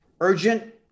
Urgent